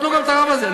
תבטלו גם את הרב הזה.